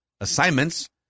assignments